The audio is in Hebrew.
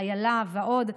איילה ועוד,